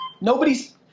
nobody's